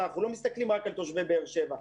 אנחנו לא מסתכלים רק על תושבי באר שבע,